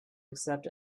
accept